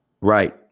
Right